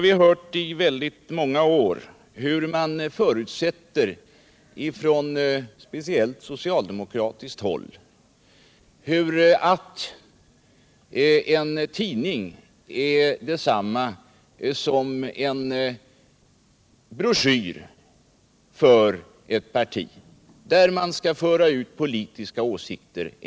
Vi har i många år fått höra hur man, speciellt på socialdemokratiskt håll, förutsätter att en tidning är detsamma som en broschyr för ett parti, där man enkannerligen skall föra ut sina politiska åsikter.